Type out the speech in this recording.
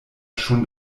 schon